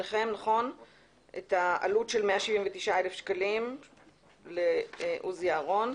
העלות של 179,000 שקלים לעוזי אהרון.